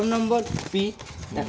আদ্রর্তা বাড়লে ধানের কি ক্ষতি হয়?